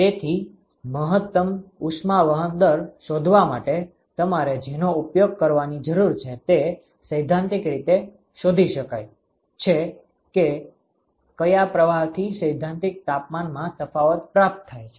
તેથી મહત્તમ ઉષ્માવહન દર શોધવા માટે તમારે જેનો ઉપયોગ કરવાની જરૂર છે તે સૈદ્ધાંતિક રીતે શોધી શકાય છે કે કયા પ્રવાહથી સૈદ્ધાંતિક તાપમાનમાં તફાવત પ્રાપ્ત થાય છે